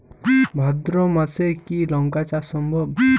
ভাদ্র মাসে কি লঙ্কা চাষ সম্ভব?